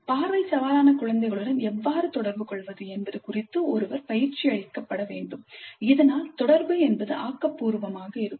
பார்வை சவாலான குழந்தைகளுடன் எவ்வாறு தொடர்புகொள்வது என்பது குறித்து ஒருவர் பயிற்சியளிக்கப்பட வேண்டும் இதனால் தொடர்பு ஆக்கபூர்வமாக இருக்கும்